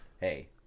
hey